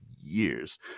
years